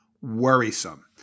worrisome